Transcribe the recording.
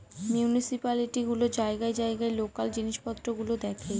municipality গুলো জায়গায় জায়গায় লোকাল জিনিস পত্র গুলো দেখে